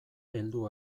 heldu